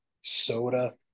soda